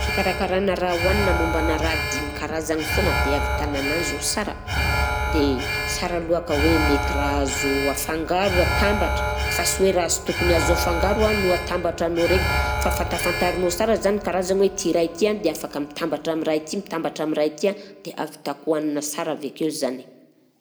Fikarakarana raha hohanina mombanà raha dimy karazagny foagna dia ahavitana ananzy ho sara, dia sara aloha ka hoe mety raha azo afangaro atambatra, fa sy hoe raha sy tokony azo afangaro a no atambatranao raika, fa fantafantarinao sara izany karazagny hoe ity iray ity a dia afaka mitambatra amin'ny iray ity mitambatra amin'ny iray ity a dia ahavitako hanina sara avy akeo zany.